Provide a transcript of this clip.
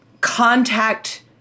contact